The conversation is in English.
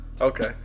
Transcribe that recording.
okay